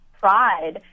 pride